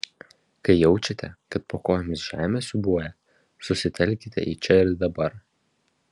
kai jaučiate kad po kojomis žemė siūbuoja susitelkite į čia ir dabar